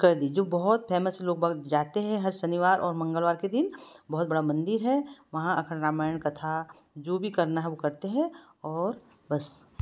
कर दी जो बहुत फैमस लोग जाते हैं हर शनिवार और मंगलवार के दिन बहुत बड़ा मंदिर है वहाँ अखंड रामायण कथा जो भी करना है वो करते हैं और बस्स